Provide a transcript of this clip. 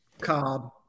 Cobb